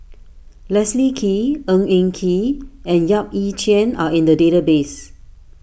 Leslie Kee Ng Eng Kee and Yap Ee Chian are in the database